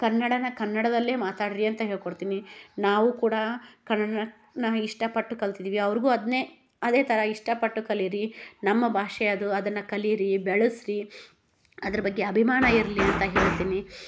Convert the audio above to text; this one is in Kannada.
ಕನ್ನಡನ ಕನ್ನಡದಲ್ಲೇ ಮಾತಾಡ್ರಿ ಅಂತ ಹೇಳ್ಕೊಡ್ತೀನಿ ನಾವು ಕೂಡ ಕನ್ನಡನ ನಾ ಇಷ್ಟಪಟ್ಟು ಕಲ್ತಿದ್ದೀವಿ ಅವ್ರ್ಗೂ ಅದನ್ನೇ ಅದೇ ಥರ ಇಷ್ಟಪಟ್ಟು ಕಲೀರಿ ನಮ್ಮ ಭಾಷೆ ಅದು ಅದನ್ನ ಕಲೀರಿ ಬೆಳಸ್ರಿ ಅದ್ರ ಬಗ್ಗೆ ಅಭಿಮಾನ ಇರಲಿ ಅಂತ ಹೇಳ್ತೀನಿ